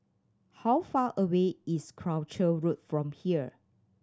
how far away is Croucher Road from here